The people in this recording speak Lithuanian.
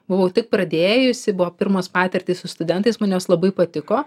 buvau tik pradėjusi buvo pirmos patirtys su studentais man jos labai patiko